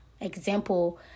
example